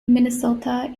minnesota